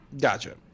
Gotcha